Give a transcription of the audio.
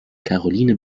karoline